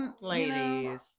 Ladies